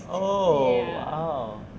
oh !wow!